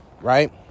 right